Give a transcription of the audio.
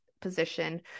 position